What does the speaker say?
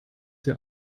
der